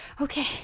okay